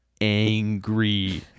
angry